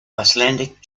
icelandic